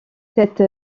cette